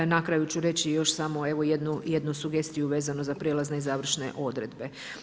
Na kraju ću reći još samo jednu sugestiju vezano uz prijelazne i završne odredbe.